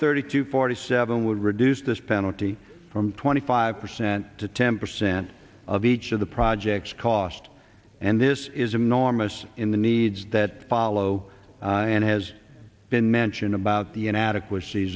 thirty to forty seven would reduce this penalty from twenty five percent to ten percent of each of the projects cost and this is enormous in the needs that follow and has been mentioned about the inadequac